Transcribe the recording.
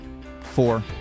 four